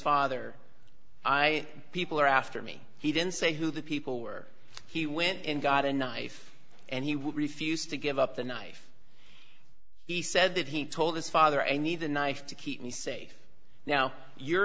father i people are after me he didn't say who the people were he went and got a knife and he refused to give up the knife he said that he told his father i need a knife to keep me safe now your